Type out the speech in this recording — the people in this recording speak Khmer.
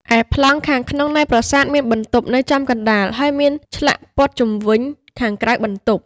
ឯប្លង់ខាងក្នុងនៃប្រាសាទមានបន្ទប់នៅចំកណ្តាល ហើយមានឆ្លាក់ព័ទ្ធជុំវិញខាងក្រៅបន្ទប់។